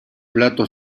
plato